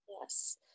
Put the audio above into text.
yes